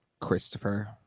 Christopher